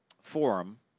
forum